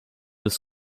des